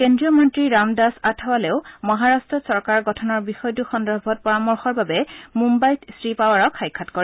কেন্দ্ৰীয় মন্ত্ৰী ৰামদাস আঠাৱালেও মহাৰাট্টত চৰকাৰ গঠনৰ বিষয়টো সন্দৰ্ভত পৰামৰ্শৰ বাবে মুদ্বাইত শ্ৰীপাৱাৰক সাক্ষাৎ কৰে